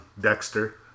Dexter